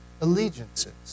allegiances